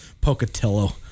Pocatello